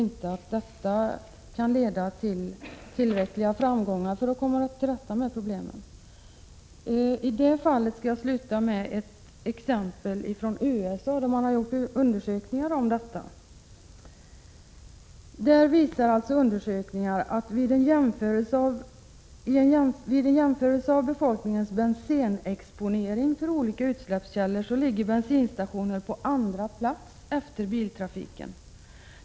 Detta kan inte leda till tillräckliga framgångar när det gäller att komma till rätta med problemen. I detta fall skall jag avsluta med att ta upp ett exempel från USA, där det har gjorts undersökningar. Vid en jämförelse av befolkningens bensenexponering för olika utsläppskällor visar det sig att bensinstationerna ligger på andra plats efter biltrafiken.